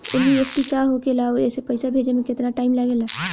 NEFT का होखे ला आउर एसे पैसा भेजे मे केतना टाइम लागेला?